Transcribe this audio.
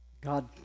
God